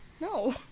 No